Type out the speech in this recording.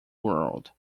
world